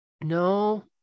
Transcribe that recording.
No